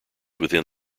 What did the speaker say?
within